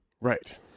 right